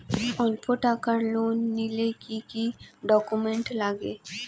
অল্প টাকার লোন নিলে কি কি ডকুমেন্ট লাগে?